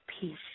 peace